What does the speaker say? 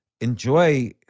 enjoy